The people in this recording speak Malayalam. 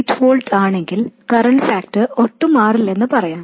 8 volts ആണെങ്കിൽ കറൻറ് ഫാക്ടർ ഒട്ടും മാറില്ലെന്ന് പറയാം